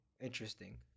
interesting